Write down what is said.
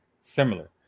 similar